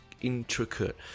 intricate